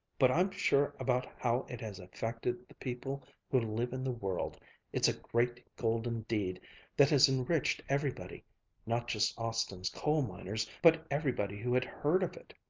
but i'm sure about how it has affected the people who live in the world it's a great golden deed that has enriched everybody not just austin's coal-miners, but everybody who had heard of it.